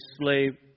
slave